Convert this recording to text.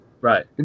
right